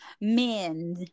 men